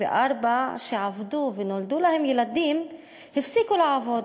שעבדו ונולדו להן ילדים הפסיקו לעבוד.